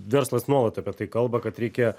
verslas nuolat apie tai kalba kad reikia